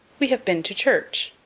we have been to church,